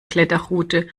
kletterroute